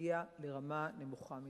הגיע לרמה נמוכה מדי.